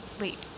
Wait